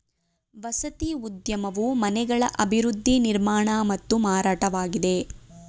ವಸತಿ ಉದ್ಯಮವು ಮನೆಗಳ ಅಭಿವೃದ್ಧಿ ನಿರ್ಮಾಣ ಮತ್ತು ಮಾರಾಟವಾಗಿದೆ